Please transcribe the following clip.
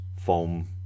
foam